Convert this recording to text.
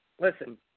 Listen